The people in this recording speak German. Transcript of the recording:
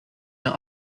mir